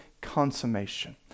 Consummation